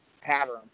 pattern